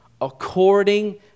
according